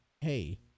hey